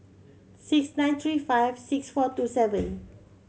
six nine three five six four two seven